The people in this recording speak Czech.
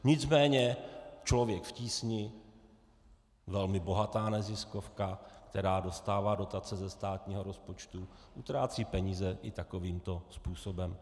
Nicméně Člověk v tísni, velmi bohatá neziskovka, která dostává dotace ze státního rozpočtu, utrácí peníze i takovýmto způsobem.